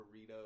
burrito